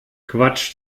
quatsch